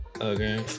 okay